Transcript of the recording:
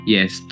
Yes